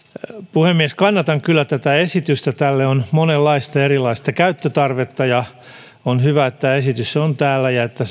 puhemies kannatan kyllä tätä esitystä tälle on monenlaista erilaista käyttötarvetta ja on hyvä että tämä esitys on täällä ja että